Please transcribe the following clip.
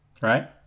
Right